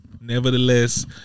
Nevertheless